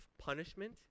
punishment